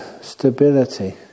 stability